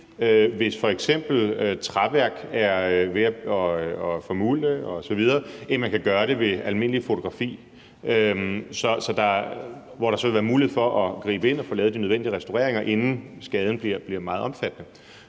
hvis f.eks. træværk er ved at formulde osv., end man kan ved almindeligt fotografi. Der vil så være mulighed for at gribe ind og få lavet de nødvendige restaureringer, inden skaden bliver meget omfattende.